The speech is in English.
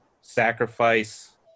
sacrifice